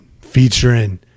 featuring